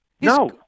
No